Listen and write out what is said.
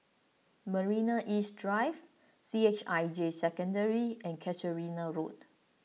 Marina East Drive C H I J Secondary and Casuarina Road